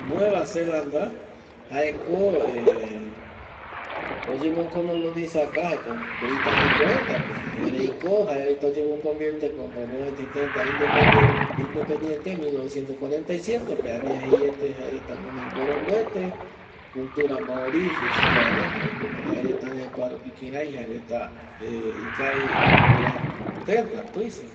Nueva zelanda jaeko oyemo colonizaca como britanico reta erei ko jae reta oyemo convierte como mopeti teta independiente mil novecientos cuarenta y siete pe añe jaete gunoi boromvuete jaema ikavi oyeguraja como teta tuisa va